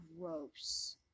gross